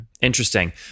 Interesting